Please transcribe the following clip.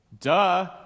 Duh